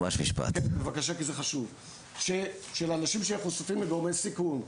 של אנשים שחשופים לגורמי סיכון,